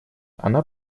она